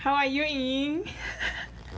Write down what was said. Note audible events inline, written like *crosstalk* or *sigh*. how are you ying *laughs*